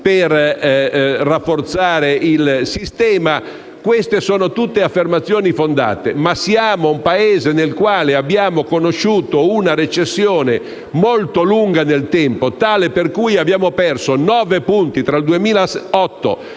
per rafforzare il sistema. Queste sono tutte affermazioni infondate. Siamo però un Paese nel quale abbiamo conosciuto una recessione molto lunga nel tempo, tale per cui abbiamo perso, tra il 2008 e il 2014,